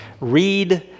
Read